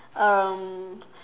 um